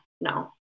no